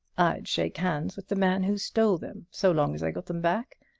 i'd shake hands with the man who stole them so long as i got them back.